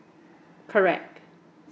correct